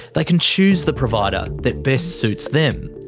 they can choose the provider that best suits them,